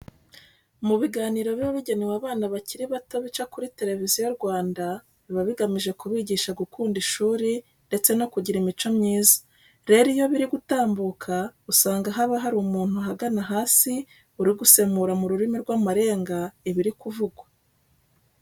Mu biganiro biba bigenewe abana bakiri bato bica kuri Televiziyo Rwanda biba bigamije kubigisha gukunda ishuri ndetse no kugira imico myiza. Rero iyo biri gutambuka usanga haba hari umuntu ahagana hasi uri gusemura mu rurimi rw'amarenga ibiri kuvugwa.